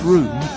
Room